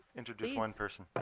introduce one person? but